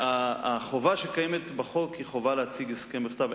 החובה שקיימת בחוק היא חובה להציג הסכם בכתב,